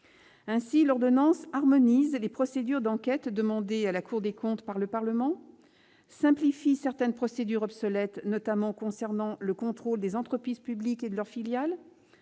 Ainsi, l'ordonnance harmonise les procédures d'enquêtes demandées à la Cour des comptes par le Parlement, simplifie certaines procédures obsolètes, notamment celles qui concernent le contrôle des entreprises publiques et de leurs filiales,